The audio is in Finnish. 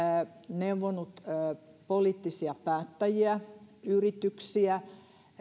neuvonut poliittisia päättäjiä yrityksiä